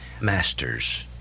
masters